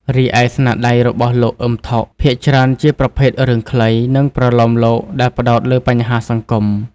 រីឯស្នាដៃរបស់លោក អ៊ឹម ថុក ភាគច្រើនជាប្រភេទរឿងខ្លី និងប្រលោមលោកដែលផ្ដោតលើបញ្ហាសង្គម។